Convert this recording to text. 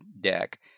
deck